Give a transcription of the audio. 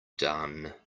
done